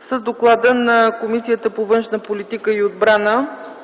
С доклада на Комисията по външна политика и отбрана ще ни запознае